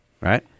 right